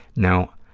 now,